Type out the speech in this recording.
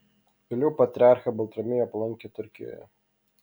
vėliau patriarchą baltramiejų aplankė turkijoje